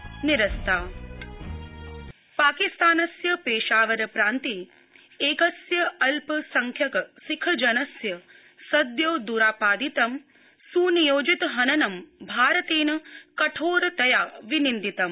भारतम् पाकिस्तानम् पाकिस्तानस्य पेशावर प्रान्ते एकस्य अल्पसंख्यक सिख जनस्य सद्यो द्रापादितं सुनियोजित हननं भारतेन कठोरतया विनिन्दितम्